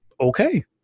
okay